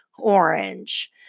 orange